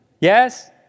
Yes